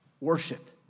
Worship